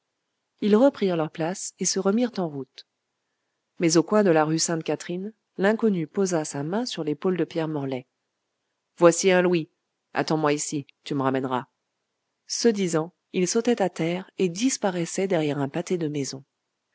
ils reprirent leur place et se remirent en route mais au coin de la rue sainte-catherine l'inconnu posa sa main sur l'épaule de pierre morlaix voici un louis attends-moi ici tu me ramèneras ce disant il sautait à terre et disparaissait derrière un pâté de maisons